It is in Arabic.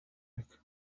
ذلك